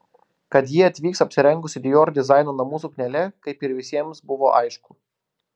kad ji atvyks apsirengusi dior dizaino namų suknele kaip ir visiems buvo aišku